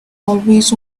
always